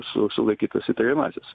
su sulaikytas įtariamasis